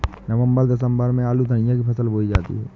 नवम्बर दिसम्बर में आलू धनिया की फसल बोई जाती है?